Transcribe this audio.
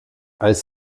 als